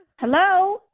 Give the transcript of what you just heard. Hello